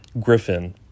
Griffin